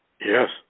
Yes